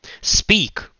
Speak